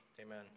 Amen